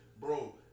bro